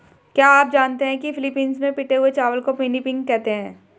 क्या आप जानते हैं कि फिलीपींस में पिटे हुए चावल को पिनिपिग कहते हैं